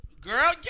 Girl